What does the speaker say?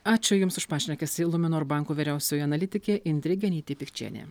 ačiū jums už pašnekesį luminor banko vyriausioji analitikė indrė genytė pikčienė